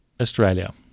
Australia